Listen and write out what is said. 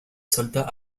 soldats